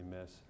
miss